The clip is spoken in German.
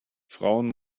frauen